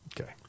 Okay